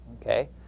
Okay